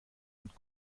und